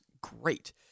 great